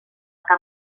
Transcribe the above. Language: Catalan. que